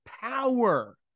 power